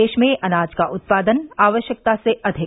देश में अनाज का उत्पादन आवश्यकता से अधिक